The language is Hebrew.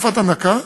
תקופת הנקה,